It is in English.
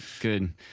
Good